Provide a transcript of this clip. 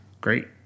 great